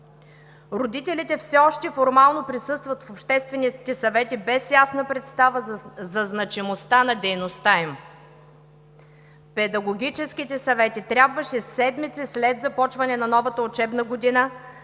Родителите все още формално присъстват в обществените съвети, без ясна представа за значимостта на дейността им. Педагогическите съвети трябваше седмици след започване на новата учебна година